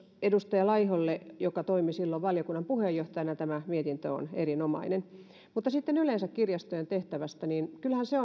edustaja laiholle joka toimi silloin valiokunnan puheenjohtajana tämä mietintö on erinomainen sitten yleensä kirjastojen tehtävästä